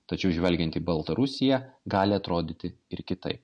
tačiau žvelgiant į baltarusiją gali atrodyti ir kitaip